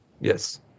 Yes